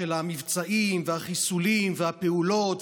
של המבצעים והחיסולים והפעולות,